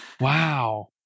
Wow